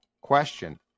Question